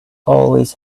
always